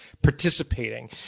Participating